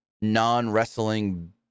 non-wrestling